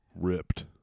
ripped